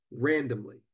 randomly